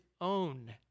own